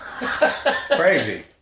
Crazy